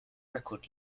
record